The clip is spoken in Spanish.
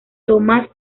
tomas